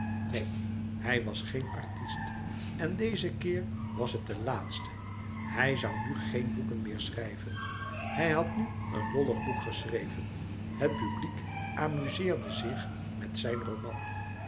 neen hij was geen artist en dezen keer was het de laatste hij zoû nu geen boeken meer schrijven hij had nu een lollig boek geschreven het publiek amuzeerde zich met zijn roman